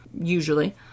usually